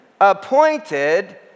appointed